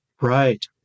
Right